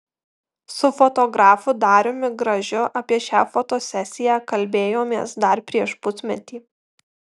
su fotografu dariumi gražiu apie šią fotosesiją kalbėjomės dar prieš pusmetį